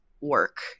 work